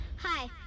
Hi